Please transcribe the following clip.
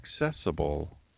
Accessible